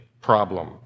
problem